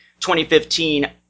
2015